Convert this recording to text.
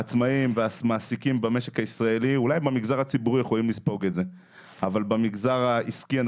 אולי אפשר לספוג את זה במגזר הציבורי אבל לא במגזר העסקי.